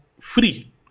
free